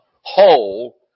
whole